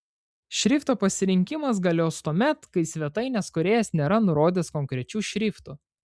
šrifto pasirinkimas galios tuomet kai svetainės kūrėjas nėra nurodęs konkrečių šriftų